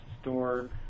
store